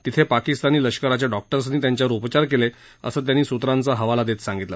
तिथं पाकिस्तानी लष्कराच्या डॉक्टर्सनी त्यांच्यावर उपचार केले असं त्यांनी सूत्रांचा हवाला देत सांगितलं